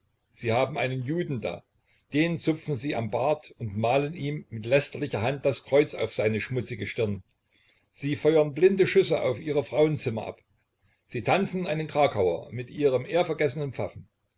sie haben einen juden da den zupfen sie am bart und malen ihm mit lästerlicher hand das kreuz auf seine schmutzige stirn sie feuern blinde schüsse auf ihre frauenzimmer ab sie tanzen einen krakauer mit ihrem ehrvergessenen pfaffen